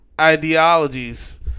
ideologies